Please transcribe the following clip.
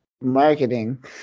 Marketing